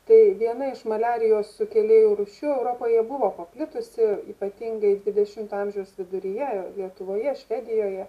tai viena iš maliarijos sukėlėjų rūšių europoje buvo paplitusi ypatingai dvidešimto amžiaus viduryje lietuvoje švedijoje